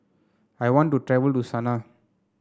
I want to travel to Sanaa